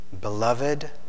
beloved